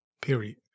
Period